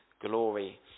glory